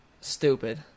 Stupid